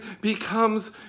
becomes